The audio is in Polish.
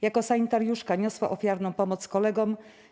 Jako sanitariuszka niosła ofiarną pomoc kolegom.